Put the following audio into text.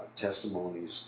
testimonies